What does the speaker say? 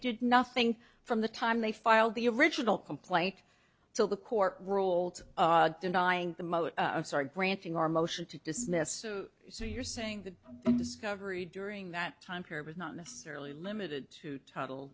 did nothing from the time they filed the original complaint to the court ruled denying the mode of sorry granting our motion to dismiss so you're saying the discovery during that time period was not necessarily limited to to